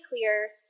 clear